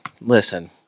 listen